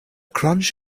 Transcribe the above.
crunch